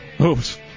Oops